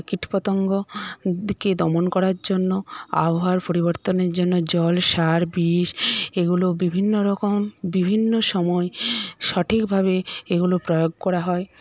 কীটপতঙ্গ কে দমন করার জন্য আবহাওয়ার পরিবর্তনের জন্য জল সার বিষ এগুলো বিভিন্ন রকম বিভিন্ন সময়ে সঠিকভাবে এগুলো প্রয়োগ করা হয়